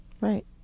right